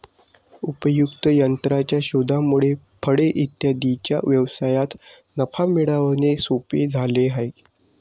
उपयुक्त यंत्राच्या शोधामुळे फळे इत्यादींच्या व्यवसायात नफा मिळवणे सोपे झाले आहे